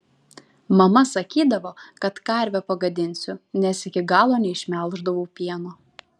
mama sakydavo kad karvę pagadinsiu nes iki galo neišmelždavau pieno